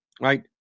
right